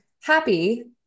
happy